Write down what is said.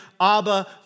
Abba